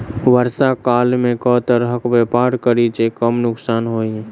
वर्षा काल मे केँ तरहक व्यापार करि जे कम नुकसान होइ?